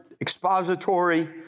expository